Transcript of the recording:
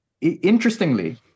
interestingly